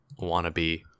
wannabe